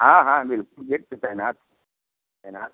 हाँ हाँ बिल्कुल गेट पर तैनात हैं तैनात हैं